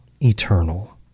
eternal